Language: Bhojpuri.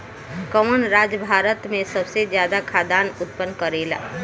कवन राज्य भारत में सबसे ज्यादा खाद्यान उत्पन्न करेला?